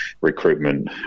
recruitment